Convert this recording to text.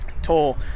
toll